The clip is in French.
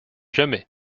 jamais